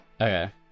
Okay